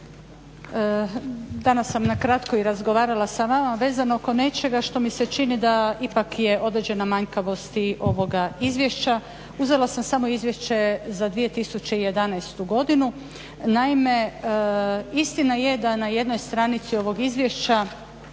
Danas sam nakratko i razgovarala sa vama vezano oko nečega što mi se čini da ipak je određena manjkavost i ovoga izvješća. Uzela sam samo Izvješće za 2011. godinu. Naime, istina je da na jednoj stranici ovog izvješća